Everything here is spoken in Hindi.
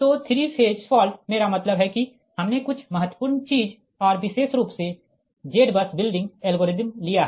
तो 3 फेज फॉल्ट मेरा मतलब है कि हमने कुछ महत्वपूर्ण चीज़ और विशेष रूप से ZBUSबिल्डिंग एल्गोरिदम लिया है